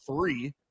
three